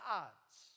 odds